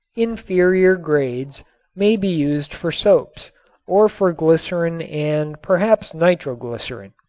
inferior grades may be used for soaps or for glycerin and perhaps nitroglycerin.